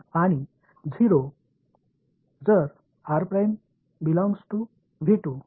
எனவே அதை இப்போது கண்டுபிடிப்போம்